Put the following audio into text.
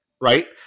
right